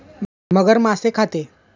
मगर मासे खाते